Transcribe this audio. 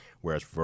Whereas